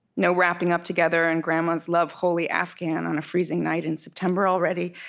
no wrapping up together in grandma's love holey afghan on a freezing night in september already,